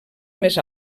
més